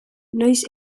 noiz